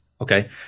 Okay